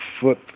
foot